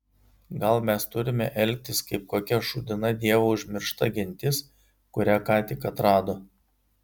gal mes turime elgtis kaip kokia šūdina dievo užmiršta gentis kurią ką tik atrado